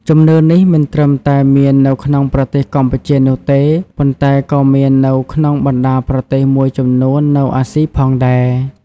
ជំនឿនេះមិនត្រឹមតែមាននៅក្នុងប្រទេសកម្ពុជានោះទេ ប៉ុន្តែក៏មាននៅក្នុងបណ្តាប្រទេសមួយចំនួននៅអាស៊ីផងដែរ។